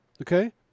okay